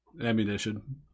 ammunition